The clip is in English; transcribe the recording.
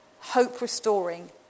hope-restoring